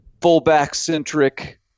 fullback-centric